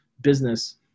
business